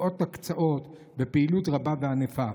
מאות הקצאות בפעילות רבה וענפה.